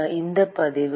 ஆம் இது பதிவு